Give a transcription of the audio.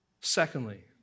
Secondly